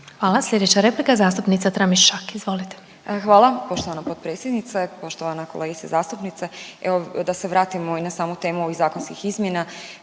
Hvala. Slijedeća replika zastupnica Tramišak, izvolite. **Tramišak, Nataša (HDZ)** Hvala poštovan potpredsjednice. Poštovana kolegice zastupnice, evo da se vratimo i na samu temu ovih zakonskih izmjena,